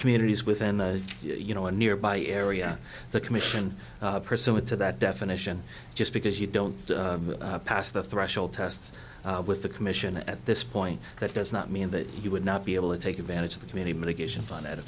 communities within you know a nearby area the commission pursuant to that definition just because you don't pass the threshold test with the commission at this point that does not mean that you would not be able to take advantage of the community mitigation fun at a